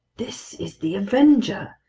this is the avenger!